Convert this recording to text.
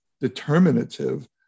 determinative